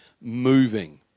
moving